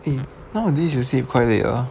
eh nowadays you sleep quite late ah